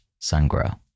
sungrow